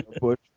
bush